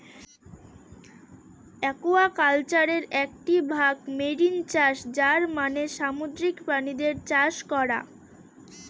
একুয়াকালচারের একটি ভাগ মেরিন চাষ যার মানে সামুদ্রিক প্রাণীদের চাষ করা